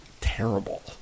terrible